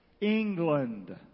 England